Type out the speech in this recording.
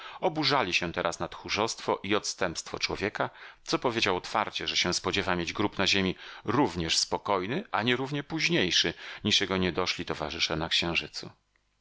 oburzali się teraz na tchórzostwo i odstępstwo człowieka co powiedział otwarcie że się spodziewa mieć grób na ziemi również spokojny a nierównie późniejszy niż jego niedoszli towarzysze na księżycu